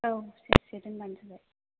औ सेरसे दोनबानो जाबाय